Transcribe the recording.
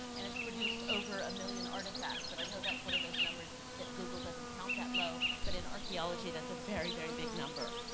and it's produced over a million artifacts. and i know that's one of those numbers that google doesn't count that low, but in archeology that's a very, very big number.